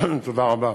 תודה רבה.